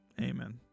Amen